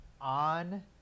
on